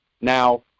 Now